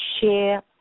share